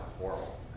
horrible